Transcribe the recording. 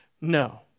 No